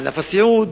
ענף הסיעוד,